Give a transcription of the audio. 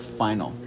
final